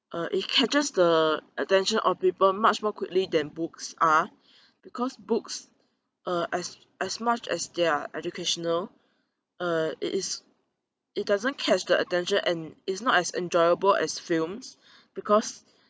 uh it catches the attention of people much more quickly than books are because books uh as as much as they are educational uh it is it doesn't catch the attention and is not as enjoyable as films because